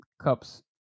cups